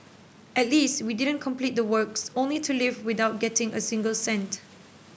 at least we didn't complete the works only to leave without getting a single cent